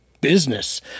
business